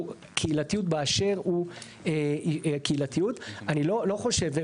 קהילתיות באשר הוא קהילתיות אני לא חושב.